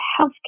healthcare